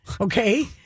Okay